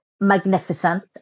magnificent